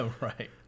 right